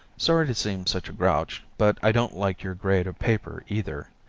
sorry to seem such a grouch, but i don't like your grade of paper either.